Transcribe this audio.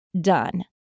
done